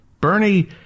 Bernie